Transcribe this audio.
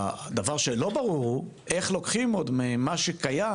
הדבר שלא ברור הוא, איך לוקחים עוד ממה שקיים